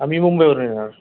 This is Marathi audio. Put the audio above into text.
आम्ही मुंबईवरून येणार